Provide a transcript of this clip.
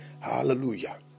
Hallelujah